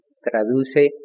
traduce